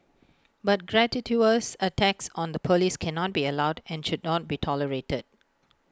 but gratuitous attacks on the Police cannot be allowed and should not be tolerated